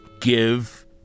give